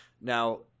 Now